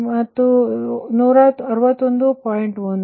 ಮತ್ತು 70 161